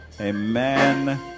Amen